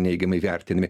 neigiamai vertinami